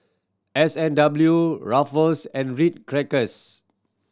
S and W Ruffles and Ritz Crackers